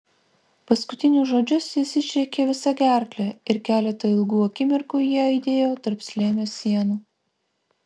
paskutinius žodžius jis išrėkė visa gerkle ir keletą ilgų akimirkų jie aidėjo tarp slėnio sienų